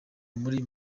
muri